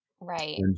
Right